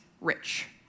rich